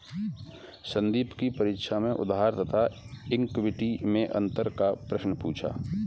संदीप की परीक्षा में उधार तथा इक्विटी मैं अंतर का प्रश्न पूछा